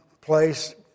place